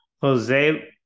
Jose